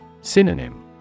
Synonym